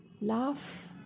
Laugh